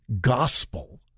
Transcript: gospel